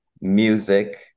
music